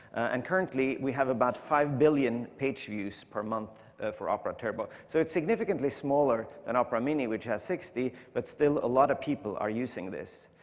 and currently we have about five billion page views per month for opera turbo. so it's significantly smaller than opera mini, which has sixty, but still a lot of people are using this.